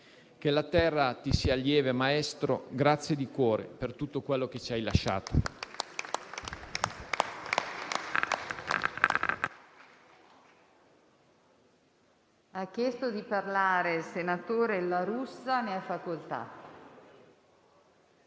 Che la terra ti sia lieve, maestro. Grazie di cuore per tutto quello che ci hai lasciato!